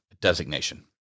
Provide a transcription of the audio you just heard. designation